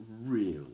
real